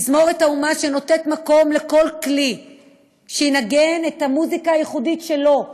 תזמורת האומה שנותנת מקום לכל כלי שינגן את המוזיקה הייחודית שלו,